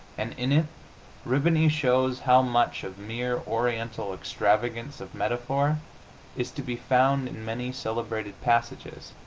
and in it rihbany shows how much of mere oriental extravagance of metaphor is to be found in many celebrated passages,